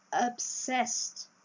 obsessed